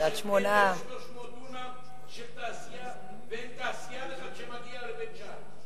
300 דונם של תעשייה ואין תעשיין אחד שמגיע לבית-שאן.